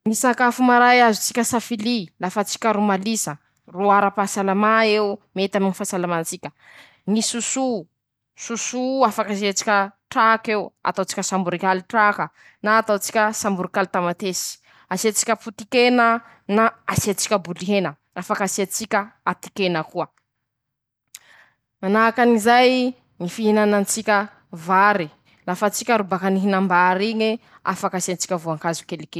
Ñy sakafo manany ñy tantarany teako handrama: -Ñy mosakà a gresy añy ñy misy azy, -Ñy tamalé a meksiky, -Ñy paélà a éspaiñy. Reo ñy hany teako handramana manany ñy tantarany isakiny ñy tanà misy azy.